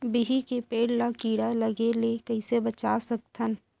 बिही के पेड़ ला कीड़ा लगे ले कइसे बचा सकथन?